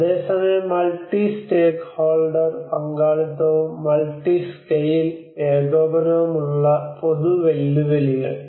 അതേസമയം multi stakeholder ഏകോപനവും ഉള്ള പൊതു വെല്ലുവിളികൾ